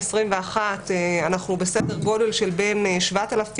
ל-2021 אנחנו בסדר גודל של בין 7,000